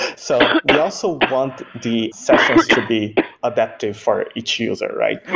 and so we also want the sessions to be adaptive for each user, right?